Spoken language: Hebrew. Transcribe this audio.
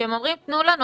שהם אומרים - תנו להם,